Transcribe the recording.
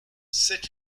c’est